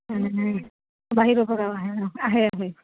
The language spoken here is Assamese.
বাহিৰৰ পৰা আহে আহে আহে